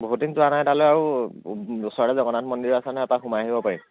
বহুদিন যোৱা নাই তালৈ আৰু ওচৰতে জগন্নাথ মন্দিৰো আছে নহয় এপাক সোমাই আহিব পাৰিম